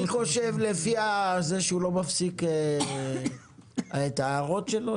לפי זה שחבר הכנסת אשר לא מפסיק את ההערות שלו,